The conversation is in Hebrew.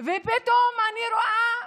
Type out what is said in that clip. ופתאום אני רואה,